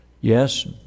yes